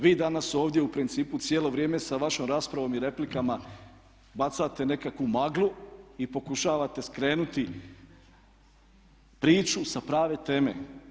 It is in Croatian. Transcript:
Vi danas ovdje u principu cijelo vrijeme sa vašom raspravom i replikama bacate nekakvu maglu i pokušavate skrenuti priču sa prave teme.